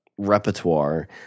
repertoire